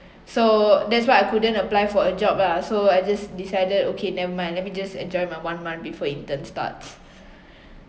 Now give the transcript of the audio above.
so that's why I couldn't apply for a job lah so I just decided okay never mind let me just enjoy my one month before intern starts